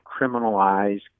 criminalize